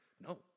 No